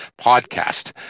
podcast